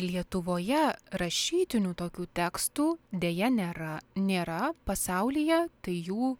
lietuvoje rašytinių tokių tekstų deja nėra nėra pasaulyje tai jų